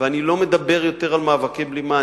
ואני לא מדבר יותר על מאבקי בלימה,